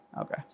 Okay